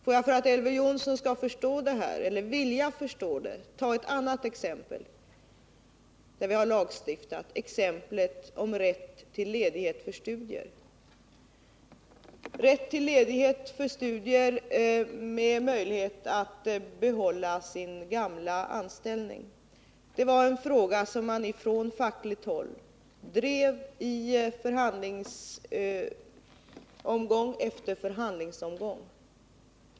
Låt mig för att Elver Jonsson skall förstå det här ta ett annat exempel: rätten till ledighet för studier med möjlighet att behålla sin gamla anställning. Det var en fråga som man från fackligt håll drev i förhandlingsomgång efter förhandlingsomgång.